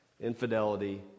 infidelity